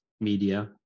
media